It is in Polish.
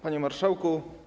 Panie Marszałku!